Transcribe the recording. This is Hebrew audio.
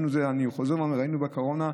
אני חוזר ואומר: ראינו את זה, ראינו בקורונה.